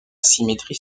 symétrie